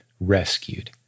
rescued